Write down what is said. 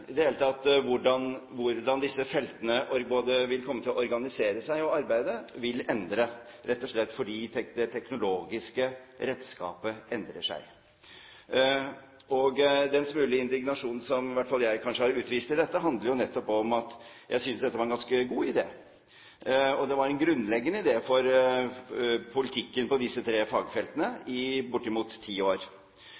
i det hele tatt hvordan disse feltene vil komme til å organisere seg og arbeide – vil endre seg, rett og slett fordi det teknologiske redskapet endrer seg. Den smule indignasjon som i hvert fall kanskje jeg har utvist i dette, handler nettopp om at jeg synes dette var en ganske god idé. Og det var en grunnleggende idé for politikken på disse tre fagfeltene